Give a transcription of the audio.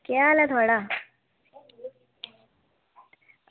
केह् हाल ऐ थुआढ़ा